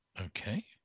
okay